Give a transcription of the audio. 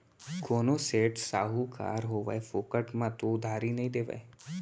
कोनो सेठ, साहूकार होवय फोकट म तो उधारी नइ देवय